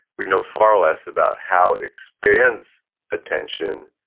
we know far less about how it expands attention,